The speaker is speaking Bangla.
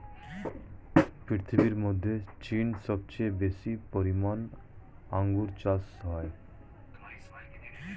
পৃথিবীর মধ্যে চীনে সবচেয়ে বেশি পরিমাণে আঙ্গুর চাষ হয়